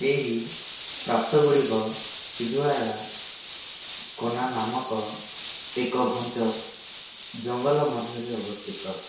ଏହି ପ୍ରପାତଗୁଡ଼ିକ ସିଦ୍ଧୁଲାୟା କୋନା ନାମକ ଏକ ଘଞ୍ଚ ଜଙ୍ଗଲ ମଧ୍ୟରେ ଅବସ୍ଥିତ